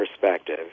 perspective